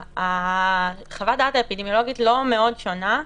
חוות הדעת האפידמיולוגית לא מאוד שונה,